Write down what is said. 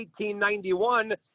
1891